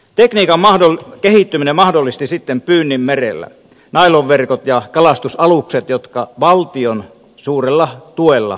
tekniikan kehittyminen mahdollisti sitten pyynnin merellä nailonverkot ja kalastusalukset jotka valtion suurella tuella on suomeenkin luotu